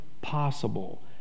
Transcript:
possible